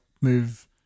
move